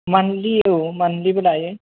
मानलि औ मानलिबो लायो